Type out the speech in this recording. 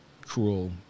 cruel